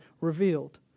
revealed